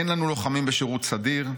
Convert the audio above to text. אין לנו לוחמים בשירות סדיר.